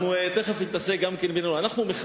אנחנו תיכף נתעסק גם בנאומו.